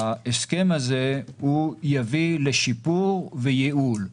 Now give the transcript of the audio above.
ההסכם הזה יביא לשיפור וייעול.